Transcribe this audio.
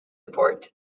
port